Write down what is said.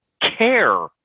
care